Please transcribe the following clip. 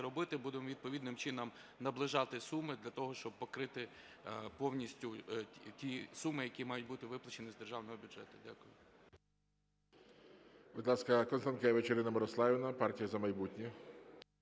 робити, будемо відповідним чином наближати суми для того, щоб прокрити повністю ті суми, які мають бути виплачені з державного бюджету. Дякую.